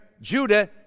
Judah